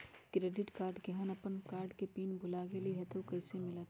Credit card केहन अपन card के पिन भुला गेलि ह त उ कईसे मिलत?